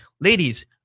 ladies